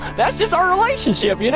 that's just our relationship, you know?